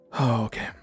Okay